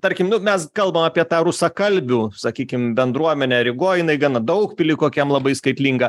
tarkim nu mes kalbam apie tą rusakalbių sakykim bendruomenę rygoj jinai gana daugpily kokiam labai skaitlinga